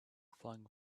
flung